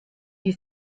die